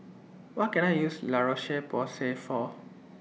What Can I use La Roche Porsay For